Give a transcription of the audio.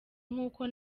nk’uko